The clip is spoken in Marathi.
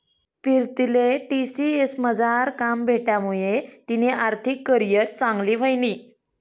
पीरतीले टी.सी.एस मझार काम भेटामुये तिनी आर्थिक करीयर चांगली व्हयनी